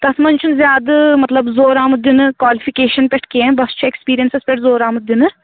تَتھ منٛز چھُنہٕ زیادٕ مطلب زور آمُت دِنہٕ کالِفِکیشَن پٮ۪ٹھ کیٚنٛہہ بَس چھُ ایٚکٕسپیٖرینسَس پٮ۪ٹھ زور آمُت دِنہٕ